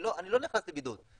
אני לא נכנס לבידוד.